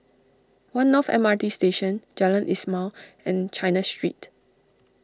one North M R T Station Jalan Ismail and China Street